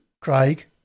Craig